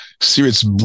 serious